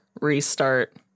restart